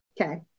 Okay